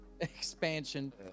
expansion